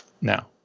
Now